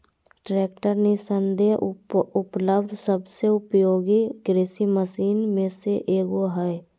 tractor निस्संदेह उपलब्ध सबसे उपयोगी कृषि मशीन में से एगो हइ